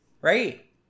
right